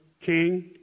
king